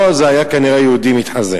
לא, זה היה כנראה יהודי מתחזה.